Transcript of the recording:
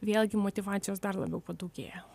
vėlgi motyvacijos dar labiau padaugėja